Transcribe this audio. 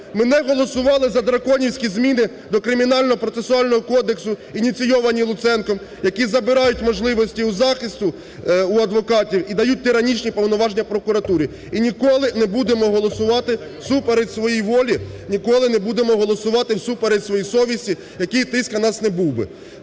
ми не голосували за драконівські зміни до Кримінального процесуального кодексу, ініційовані Луценком, які забирають можливості у захисту, у адвокатів і дають тиранічні повноваження прокуратурі. І ніколи не будемо голосувати всупереч своїй волі, ніколи не будемо голосувати всупереч своїй совісті, який тиск на нас не був би.